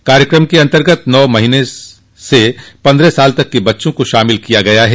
इस कार्यक्रम के अन्तर्गत नौ माह से पन्द्रह साल तक के बच्चों को शामिल किया गया है